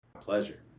Pleasure